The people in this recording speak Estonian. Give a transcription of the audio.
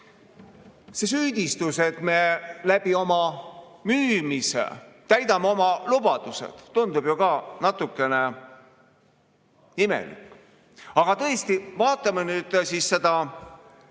See süüdistus, et me enda mahamüümisega täidame oma lubadused, tundub ju ka natukene imelik. Aga tõesti, vaatame nüüd seda